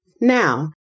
Now